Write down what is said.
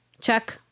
Check